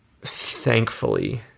thankfully